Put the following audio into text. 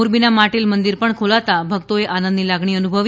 મોરબીના માટેલ મંદિર પણ ખોલાતા ભક્તોએ આનંદની લાગણી અનુભવી